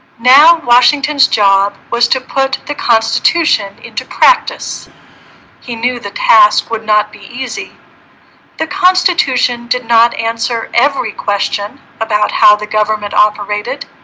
now washington's job was to put the constitution into practice he knew the task would not be easy the constitution did not answer every question about how the government operated?